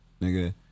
nigga